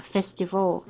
Festival